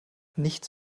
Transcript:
nichts